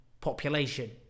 population